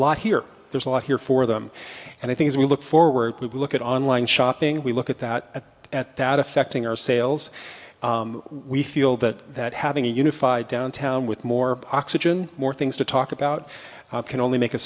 lot here there's a lot here for them and i think as we look forward to look at online shopping we look at that at that affecting our sales we feel that that having a unified downtown with more oxygen more things to talk about can only make